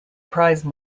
prize